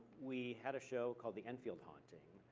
we had a show called the infield haunting,